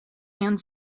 and